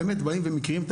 אז באמת סוף סוף.